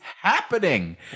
happening